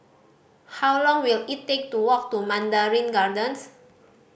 how long will it take to walk to Mandarin Gardens